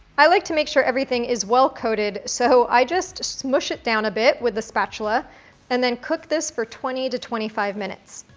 i like to make sure everything is well-coated, so i just smush it down a bit with the spatula and then cook this for twenty to twenty five minutes.